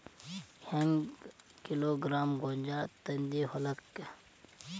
ಹೆಂಗ್ ಕಿಲೋಗ್ರಾಂ ಗೋಂಜಾಳ ತಂದಿ ಹೊಲಕ್ಕ?